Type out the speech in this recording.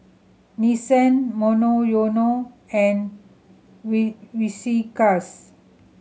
Nissin Monoyono and We Whiskas